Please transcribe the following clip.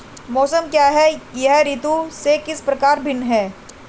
मौसम क्या है यह ऋतु से किस प्रकार भिन्न है?